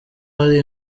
hari